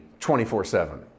24-7